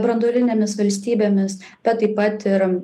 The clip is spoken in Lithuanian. branduolinėmis valstybėmis bet taip pat ir